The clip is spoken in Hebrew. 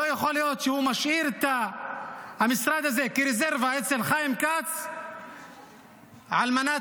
לא יכול להיות שהוא משאיר את המשרד הזה כרזרבה אצל חיים כץ על מנת